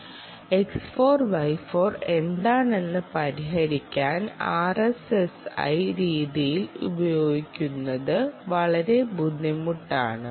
X4 Y4 എന്താണെന്ന് പരിഹരിക്കാൻ RSSI രീതികൾ ഉപയോഗിക്കുന്നത് വളരെ ബുദ്ധിമുട്ടാണ്